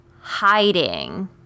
hiding